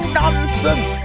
nonsense